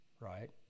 right